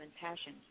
passion